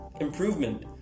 improvement